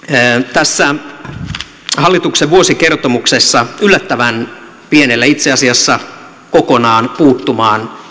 tässä hallituksen vuosikertomuksessa ovat yllättävän pienellä itse asiassa kokonaan puuttumaan